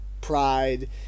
pride